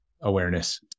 awareness